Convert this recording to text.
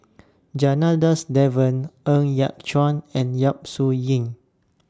Janadas Devan Ng Yat Chuan and Yap Su Yin